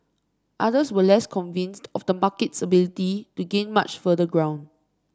others were less convinced of the market's ability to gain much further ground